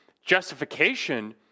justification